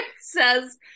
says